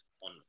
on